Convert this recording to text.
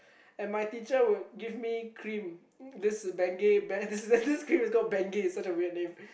and my teacher would give me cream this Bengay brand this cream is called Bengay it's such a weird name